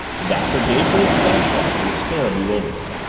the doctor gave her his flashlight with a stare of bewilderment.